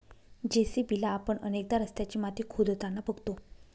JCB ला आपण अनेकदा रस्त्याची माती खोदताना बघतो